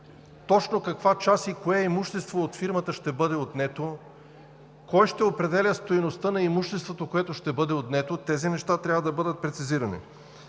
точно каква част и кое имущество от фирмата ще бъде отнето; кой ще определя стойността на имуществото, което ще бъде отнето? Тези неща трябва да бъдат прецизирани.